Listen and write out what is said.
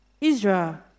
Israel